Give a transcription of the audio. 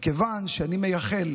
מכיוון שאני מייחל